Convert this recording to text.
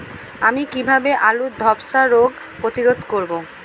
আমি কিভাবে আলুর ধ্বসা রোগ প্রতিরোধ করব?